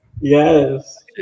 yes